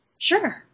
Sure